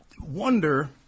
wonder